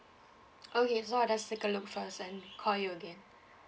okay so I'll just take a look first and call you again